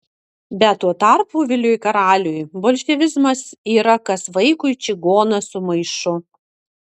bet tuo tarpu viliui karaliui bolševizmas yra kas vaikui čigonas su maišu